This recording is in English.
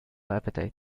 appetite